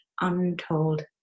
untold